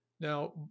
Now